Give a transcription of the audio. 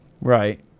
right